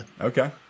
Okay